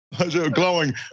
Glowing